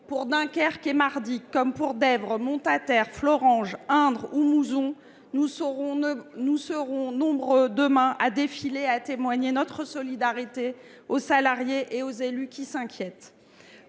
Pour Dunkerque et Mardic, comme pour Dèvres, Montaterre, Florence, Indre ou Mouson, nous serons nombreux demain à défiler, à témoigner notre solidarité aux salariés et aux élus qui s'inquiètent.